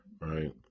Right